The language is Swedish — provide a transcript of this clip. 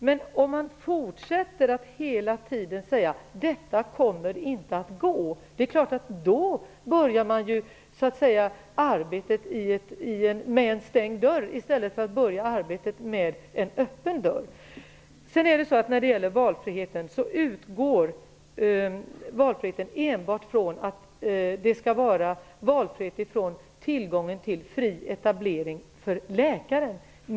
Men om man fortsätter att hela tiden säga att detta inte kommer att gå börjar man ju arbetet med en stängd dörr i stället för med en öppen. Valfriheten utgår enbart ifrån tillgången till fri etablering för läkare.